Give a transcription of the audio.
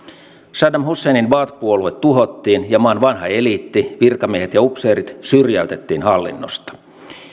saddam husseinin baath puolue tuhottiin ja maan vanha eliitti virkamiehet ja upseerit syrjäytettiin hallinnosta